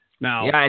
Now